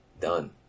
Done